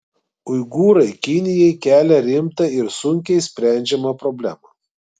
uigūrai kinijai kelia rimtą ir sunkiai sprendžiamą problemą